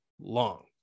long